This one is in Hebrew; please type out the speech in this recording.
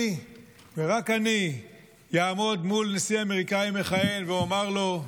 אני ורק אני אעמוד מול נשיא אמריקאי מכהן ואומר לו: